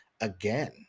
again